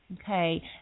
Okay